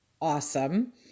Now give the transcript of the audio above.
awesome